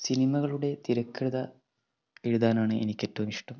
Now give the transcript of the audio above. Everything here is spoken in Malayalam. സിനിമകളുടെ തിരക്കഥ എഴുതാനാണ് എനിക്കേറ്റവും ഇഷ്ടം